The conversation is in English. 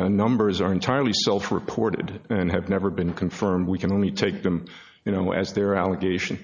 banks numbers are entirely self reported and have never been confirmed we can only take them you know as their allegation